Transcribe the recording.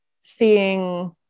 seeing